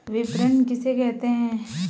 विपणन किसे कहते हैं?